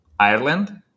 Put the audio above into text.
Ireland